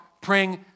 praying